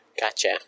Gotcha